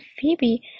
Phoebe